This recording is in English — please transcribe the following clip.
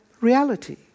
reality